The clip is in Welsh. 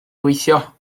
gweithio